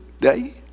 day